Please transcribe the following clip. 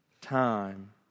time